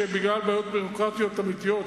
שבגלל בעיות ביורוקרטיות אמיתיות,